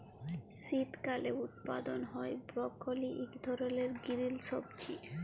শীতকালে উৎপাদল হ্যয় বরকলি ইক ধরলের গিরিল সবজি